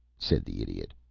said the idiot.